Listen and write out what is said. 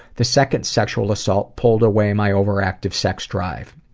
the second sexual assault pulled away my overactive sex drive.